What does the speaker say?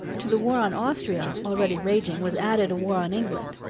to the war on austria, already raging, was added a war on england.